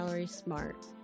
smart